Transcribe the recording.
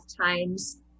times